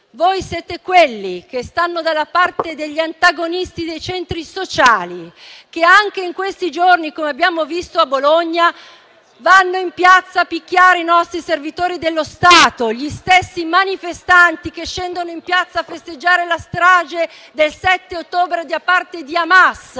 Voi siete quelli che stanno dalla parte degli antagonisti dei centri sociali, che anche in questi giorni, come abbiamo visto a Bologna, vanno in piazza a picchiare i nostri servitori dello Stato; gli stessi manifestanti che scendono in piazza a festeggiare la strage del 7 ottobre da parte di Hamas,